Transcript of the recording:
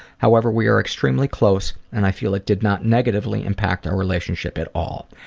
however, we are extremely close and i feel it did not negatively impact our relationship at all.